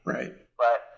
Right